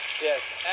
Yes